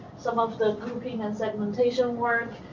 some of the grouping and segmentation work,